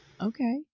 Okay